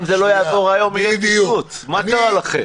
אם זה לא יעבור היום, יהיה פיצוץ, מה קרה לכם?